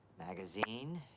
magazine?